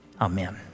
Amen